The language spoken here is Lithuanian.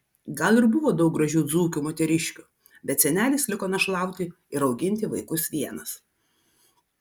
gal ir buvo daug gražių dzūkių moteriškių bet senelis liko našlauti ir auginti vaikus vienas